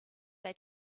they